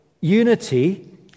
unity